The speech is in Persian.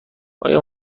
آیا